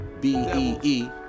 B-E-E